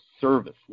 service